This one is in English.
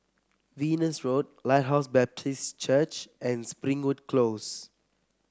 Venus Road Lighthouse Baptist Church and Springwood Close